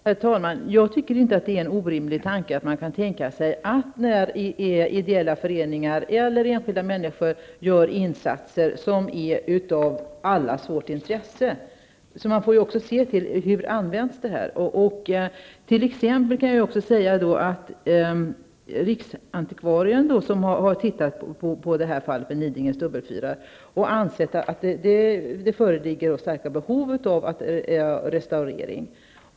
Herr talman! Jag tycker inte att det är en orimlig tanke att göra detta när ideella föreningar eller enskilda människor gör insatser i allas vårt intresse. Man får också se till hur det här används. T.ex har riksantikvarien tittat på frågan om Föreningen Nidingens dubbelfyrar och har ansett att det föreligger stora behov av restaurering.